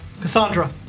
Cassandra